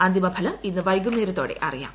അന്തിമഫലം ഇന്ന് വൈകുന്നേരത്തോടെ അറിയ്ാം